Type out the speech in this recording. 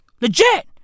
Legit